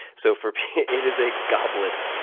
so for people it is a goblet,